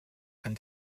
kann